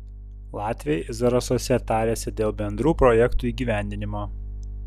latviai zarasuose tarėsi dėl bendrų projektų įgyvendinimo